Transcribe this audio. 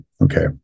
Okay